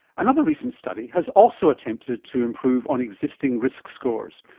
another recent study has also attempted to improve on existing risk scores,